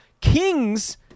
Kings